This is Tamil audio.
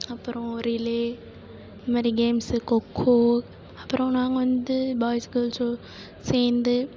அப்பறம் ரிலே இந்த மாதிரி கேம்ஸு கொக்கோ அப்புறம் நாங்கள் வந்து பாய்ஸ் கேர்ள்ஸும் சேர்ந்து